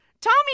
Tommy